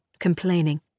complaining